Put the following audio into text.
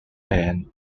and